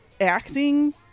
acting